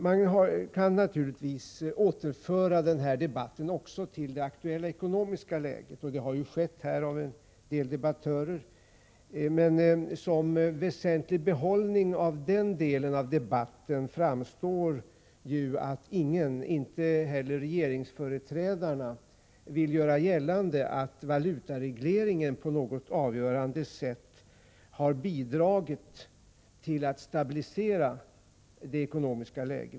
Man kan naturligtvis återföra debatten också till att gälla det aktuella ekonomiska läget. En del debattörer har gjort det, men som väsentligt intryck av den delen av debatten kvarstår att ingen, inte heller regeringsföreträdarna, vill göra gällande att valutaregleringen på något avgörande sätt har bidragit till att stabilisera vårt ekonomiska läge.